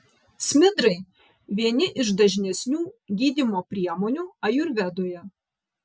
smidrai vieni iš dažnesnių gydymo priemonių ajurvedoje